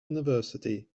university